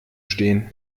stehen